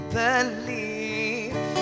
believe